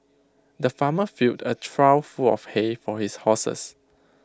the farmer filled A trough full of hay for his horses